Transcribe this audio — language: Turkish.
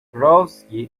gruevski